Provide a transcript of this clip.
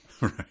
Right